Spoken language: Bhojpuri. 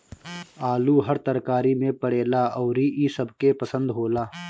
आलू हर तरकारी में पड़ेला अउरी इ सबके पसंद होला